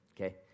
Okay